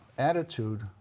attitude